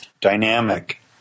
dynamic